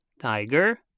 Tiger